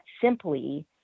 simply